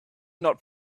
not